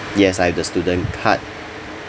yes I've the student card